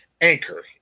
Anchor